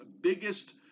biggest